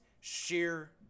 sheer